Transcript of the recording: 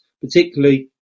particularly